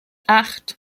acht